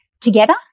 together